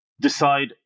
decide